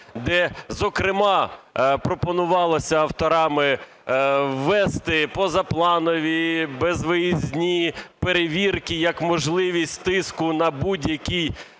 де зокрема пропонувалося авторами ввести позапланові, безвиїзні перевірки як можливість тиску на будь-який